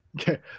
Okay